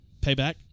Payback